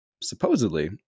supposedly